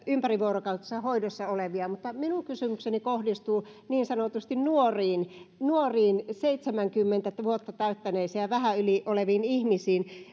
ympärivuorokautisessa hoidossa olevia mutta minun kysymykseni kohdistuu niin sanotusti nuoriin nuoriin seitsemänkymmentä vuotta täyttäneisiin ja vähän sen yli oleviin ihmisiin